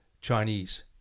Chinese